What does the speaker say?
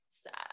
sad